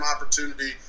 opportunity